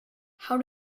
how